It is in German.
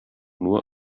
nur